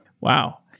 Wow